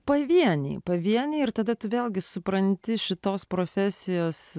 pavieniai pavieniai ir tada vėlgi supranti šitos profesijos